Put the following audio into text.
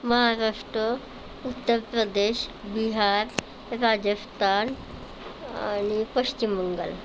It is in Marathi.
महाराष्ट्र उत्तर प्रदेश बिहार राजस्तान आणि पश्चिम बंगाल